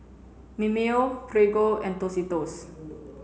Mimeo Prego and Tostitos